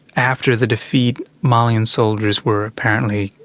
after the defeat, malian soldiers were apparently,